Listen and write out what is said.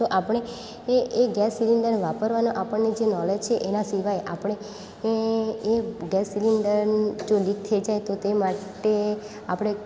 તો આપણે એ એ ગેસ સિલિન્ડર વાપરવાના આપણને જે નોલેજ છે એના સિવાય આપણે એ એ ગેસ સિલિન્ડર જો લીક થઈ જાય તો તે માટે આપણે